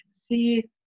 see